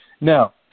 Now